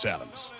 Adams